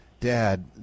dad